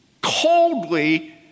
coldly